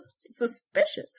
suspicious